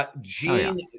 gene